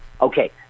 Okay